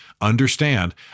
understand